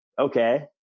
okay